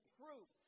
proof